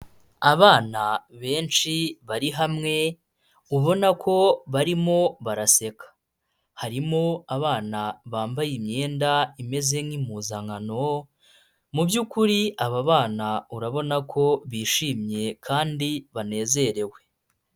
Abana benshi bari hamwe, ubona ko barimo baraseka, harimo abana bambaye imyenda imeze nk'impuzankano, mu by'ukuri aba bana urabona ko bishimye kandi banezerewe.